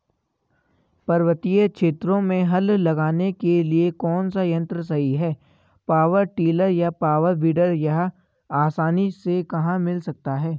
पर्वतीय क्षेत्रों में हल लगाने के लिए कौन सा यन्त्र सही है पावर टिलर या पावर वीडर यह आसानी से कहाँ मिल सकता है?